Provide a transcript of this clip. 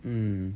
mm